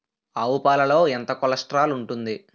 ఆవు పాలలో ఎంత కొలెస్ట్రాల్ ఉంటుంది?